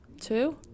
Two